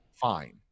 fine